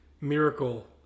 Miracle